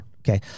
Okay